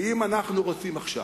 ואם אנחנו רוצים עכשיו,